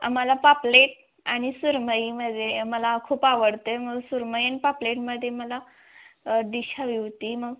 आम्हाला पापलेट आणि सुरमईमध्ये मला खूप आवडते म्हणून सुरमई आणि पापलेटमध्ये मला डिश हवी होती मग